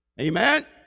Amen